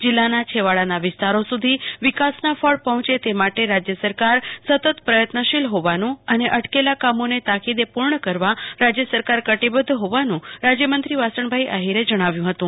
જીલ્લાના છેવાડાના વિસ્તારો સુધી વિકાસના ફળ પહોચે તે માટે રાજ્ય સરકાર સતત પ્રયત્નશીલ હોવાનું અને અટકેલા કામોને તાકીદે પૂર્ણ કરવા રાજ્ય સરકાર કટિબદ્ધ હોવાનુંરાજ્ય્માંન્ત્રી વાસણભાઈ આહિરે જણાવ્યું હતું